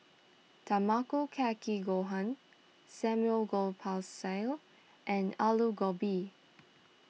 Tamago Kake Gohan Samgyeopsal and Alu Gobi